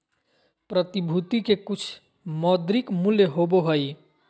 प्रतिभूति के कुछ मौद्रिक मूल्य होबो हइ